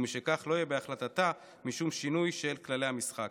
ומשכך, לא יהיה בהחלטתה משום שינוי של כללי המשחק.